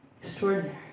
Extraordinary